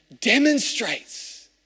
demonstrates